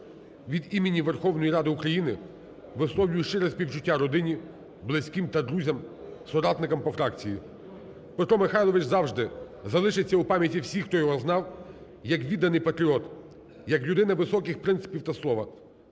Від імені Верховної Ради України висловлюю щире співчуття родині, близьким та друзям, соратникам по фракції. Петро Михайлович завжди залишиться у пам'яті всіх, хто його знав, як відданий патріот, як людина високих принципів та слова.